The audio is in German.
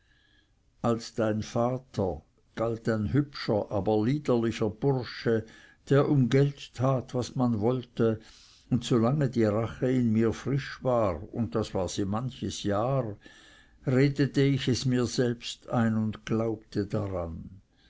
als dein vater galt ein hübscher aber liederlicher bursche der um geld tat was man wollte und solange die rache in mir frisch war und das war sie manches jahr redete ich es mir selbst ein und glaubte daran